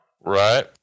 Right